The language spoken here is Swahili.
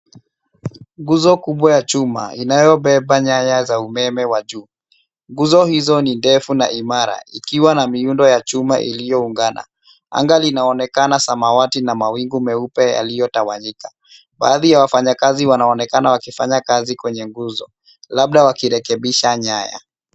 Nguzo kubwa ya chuma, inayobeba nyaya za umeme wa juu. Nguzo hizo ni ndefu na imara, ikiwa na miundo ya chuma iliyoungana. Anga linaonekana samawati na mawingu meupe yaliyotawanyika. Baadhi ya wafanyakazi wanaonekana wakifanya kazi kwenye nguzo, labda wakirekebisha nyaya.